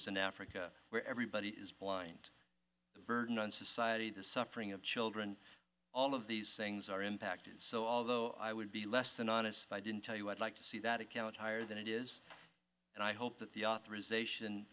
in africa where everybody is blind the burden on society the suffering of children all of these things are impacted so i would be less than honest if i didn't tell you i'd like to see that account higher than it is and i hope that the authorisation